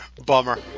Bummer